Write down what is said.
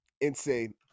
Insane